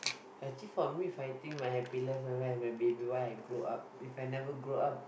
actually for me for I think my happy life maybe why I grow up If I never grow up